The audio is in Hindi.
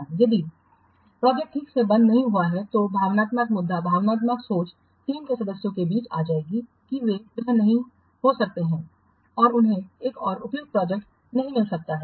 इसलिए यदि प्रोजेक्ट ठीक से बंद नहीं हुई है तो भावनात्मक मुद्दा भावनात्मक सोच टीम के सदस्यों के बीच आ जाएगी कि वे वह नहीं हो सकते हैं जो उन्हें एक और उपयुक्त प्रोजेक्ट नहीं मिल सकता है